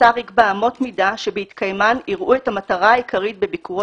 השר יקבע אמות מידה שבהתקיימן יראו את המטרה העיקרית בביקורו